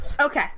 Okay